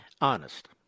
honest